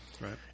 Right